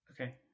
Okay